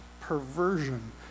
perversion